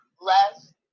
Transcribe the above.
less